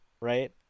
right